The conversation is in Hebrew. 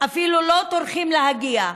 אפילו לא טורחים להגיע.